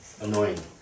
Annoying